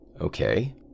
Okay